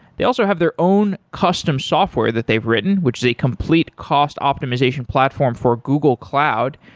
they also have their own custom software that they've written, which is a complete cost optimization platform for google cloud,